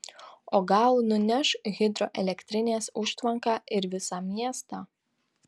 o gal nuneš hidroelektrinės užtvanką ir visą miestą